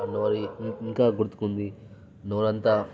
అది ఇం ఇంకా గుర్తుకు ఉంది నోరు అంతా